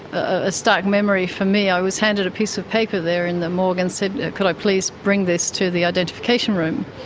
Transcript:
a stark memory for me i was handed a piece of paper there in the morgue and said could i please bring this to the identification room.